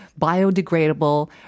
biodegradable